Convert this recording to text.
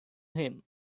him